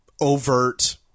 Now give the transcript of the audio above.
overt